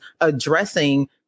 addressing